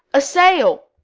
a sail!